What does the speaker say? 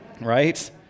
Right